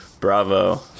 Bravo